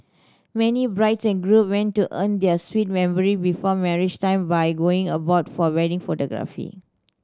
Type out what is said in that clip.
many brides and groom want to earn their sweet memory before marriage time by going abroad for wedding photography